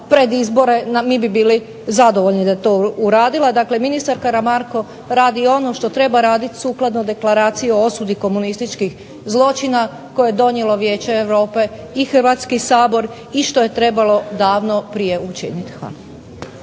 pred izbore mi bi zadovoljni da je to uradila. Dakle, ministar Karamarko radi ono što treba raditi sukladno Deklaraciji o osudi komunističkih zločina koje je donijelo Vijeće Europe i Hrvatski sabor i što je trebalo davno prije učiniti. Hvala.